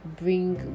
bring